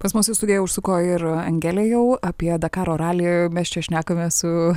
pas mus į studiją užsuko ir angelė jau apie dakaro ralį mes čia šnekame su